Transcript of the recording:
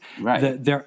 Right